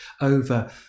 over